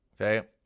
okay